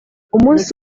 umunsi